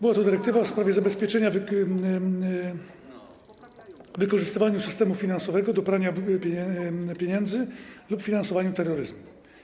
Jest to dyrektywa w sprawie zabezpieczenia wykorzystywania systemu finansowego do prania brudnych pieniędzy lub finansowania terroryzmu.